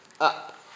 up